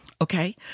okay